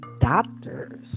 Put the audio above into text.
doctors